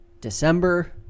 December